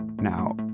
Now